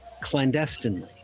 clandestinely